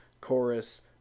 chorus